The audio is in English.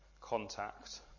contact